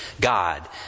God